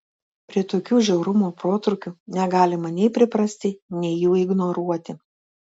prie tokių žiaurumo protrūkių negalima nei priprasti nei jų ignoruoti